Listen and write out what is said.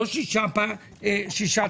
לא שישה תשלומים.